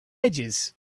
edges